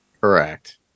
correct